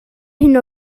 hyn